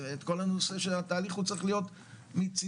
כל הנושא של התהליך הוא צריך להיות מצידינו,